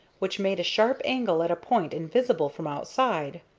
which made a sharp angle at a point invisible from outside.